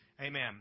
Amen